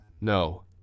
no